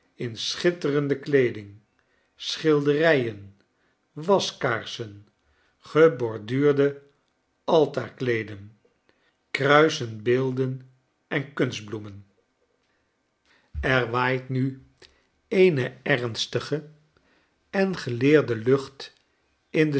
in schitterende kleeding schilderijen waskaarsen geborduurde altaarkleeden kruisen beelden en kunstbloemen er waait u eene ernstige en geleerde lucht in de